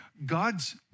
God's